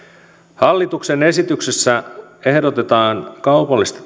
hallituksen esityksessä ehdotetaan kaupallisista